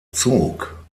zog